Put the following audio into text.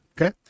Okay